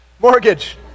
Mortgage